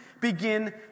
begin